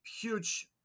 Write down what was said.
huge